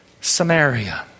Samaria